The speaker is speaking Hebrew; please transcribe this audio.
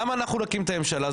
למה אנחנו נקים את הממשלה?